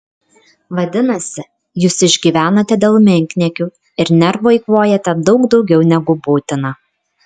vadinasi jūs išgyvenate dėl menkniekių ir nervų eikvojate daug daugiau negu būtina